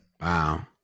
Wow